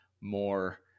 more